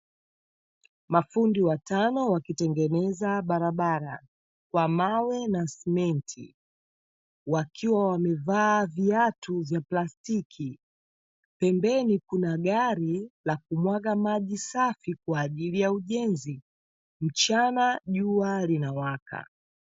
Mafundi watano wakitengeneza barabara, kwa mawe na sementi wakiwa wamevaa viatu vya plastiki, pembeni kuna gari la kumwaga maji safi kwaajili ya ujenzi. Mchana jua linawaka.